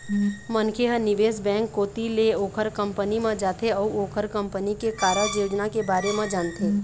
मनखे ह निवेश बेंक कोती ले ओखर कंपनी म जाथे अउ ओखर कंपनी के कारज योजना के बारे म जानथे